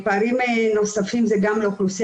אבל בהחלט נצטרך להמשיך לעבוד יחד בנושא